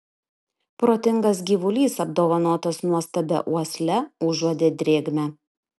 protingas gyvulys apdovanotas nuostabia uosle užuodė drėgmę